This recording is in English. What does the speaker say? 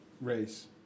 race